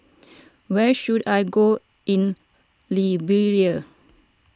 where should I go in Liberia